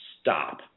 stop